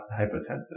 hypotensive